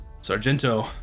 Sargento